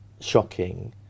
shocking